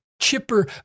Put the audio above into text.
chipper